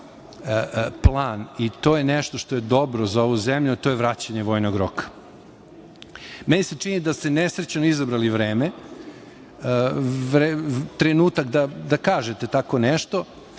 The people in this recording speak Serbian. plan i to je nešto što je dobro za ovu zemlju, a to je vraćanje vojnog roka. Meni se čini da ste nesrećno izabrali vreme, trenutak da kažete tako nešto